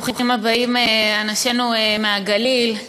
ברוכים הבאים, אנשינו מהגליל.